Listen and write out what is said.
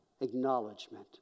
acknowledgement